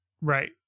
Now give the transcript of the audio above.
Right